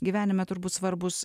gyvenime turbūt svarbūs